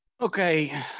okay